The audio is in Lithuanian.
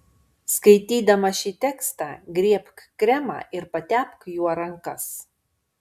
skaitydama šį tekstą griebk kremą ir patepk juo rankas